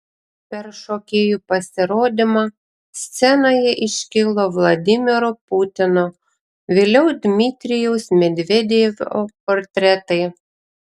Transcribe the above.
per šokėjų pasirodymą scenoje iškilo vladimiro putino vėliau dmitrijaus medvedevo portretai